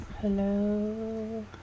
Hello